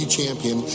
champion